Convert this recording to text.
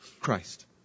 Christ